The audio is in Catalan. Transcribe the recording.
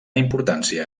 importància